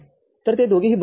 तर ते दोघेही बंद आहेत